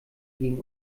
gegen